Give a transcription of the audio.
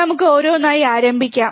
നമുക്ക് ഓരോന്നായി ആരംഭിക്കാം